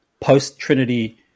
post-Trinity